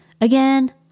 again